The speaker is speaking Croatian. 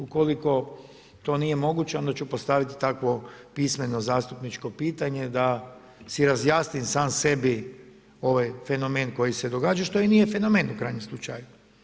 Ukoliko to nije moguće onda ću postaviti takvo pismeno zastupničko pitanje da si razjasnim sam sebi ovaj fenomen koji se događa, što i nije fenomen u krajnjem slučaju.